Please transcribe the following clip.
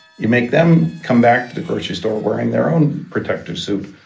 you make them come back to the grocery store wearing their own protective suit,